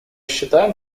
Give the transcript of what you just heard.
считаем